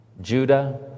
Judah